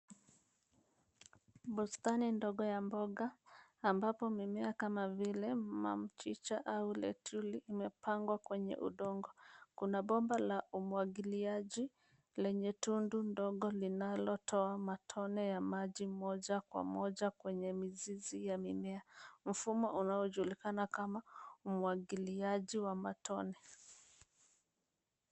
Bustani ndogo ya mboga ambapo mimea kama vile mchicha au letuli umepangwa kwenye udongo. Kuna bomba la umwagiliaji lenye tundu ndogo linalotoa matone ya maji moja kwa moja kwenye mizizi ya mimea. Mfumo unaojulikana kama umwagiliaji wa matone.